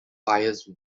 fires